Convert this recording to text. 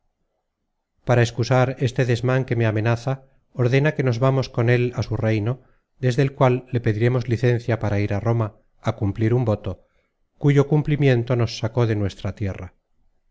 para excusar este desman que me amenaza ordena que nos vamos con él á su reino desde el cual le pediremos licencia para ir a roma á cumplir un voto cuyo cumplimiento nos sacó de nuestra tierra